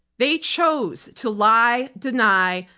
they chose to lie, deny,